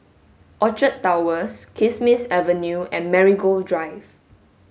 Orchard Towers Kismis Avenue and Marigold Drive